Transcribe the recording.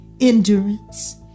endurance